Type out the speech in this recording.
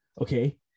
okay